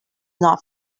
not